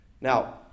now